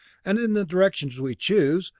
and in the direction we choose,